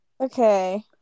Okay